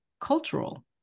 cultural